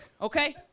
Okay